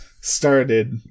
started